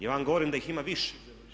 Ja vam govorim da ih ima više.